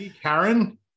karen